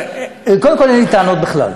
קודם כול, אין לי טענות בכלל.